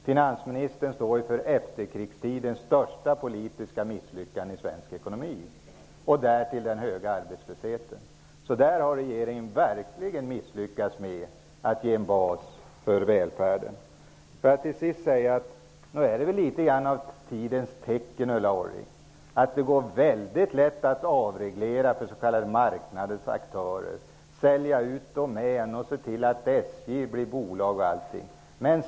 Finansministern står för efterkrigstidens största politiska misslyckande i svensk ekonomi och därtill har vi den höga arbetslösheten. I det avseendet har regeringen verkligen misslyckats med att ge en bas för välfärden. Avslutningsvis vill jag säga att nog är det väl litet av tidens tecken, Ulla Orring, att det går mycket lätt att avreglera för marknadens s.k. aktörer, att sälja ut Domän och att se till att SJ blir bolag.